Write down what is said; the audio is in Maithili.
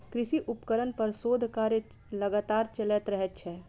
कृषि उपकरण पर शोध कार्य लगातार चलैत रहैत छै